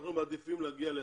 אנחנו מעדיפים להגיע להסכם.